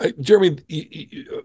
Jeremy